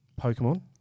Pokemon